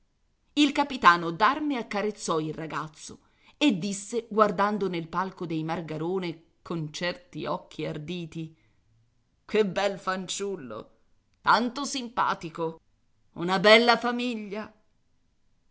il capitano d'arme accarezzò il ragazzo e disse guardando nel palco dei margarone con certi occhi arditi che bel fanciullo tanto simpatico una bella famiglia